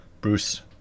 Bruce